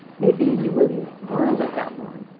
maybe you wouldn't want to live that long.